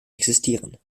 existieren